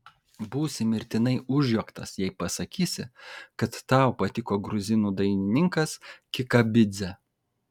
būsi mirtinai užjuoktas jei pasakysi kad tau patiko gruzinų dainininkas kikabidzė